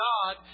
God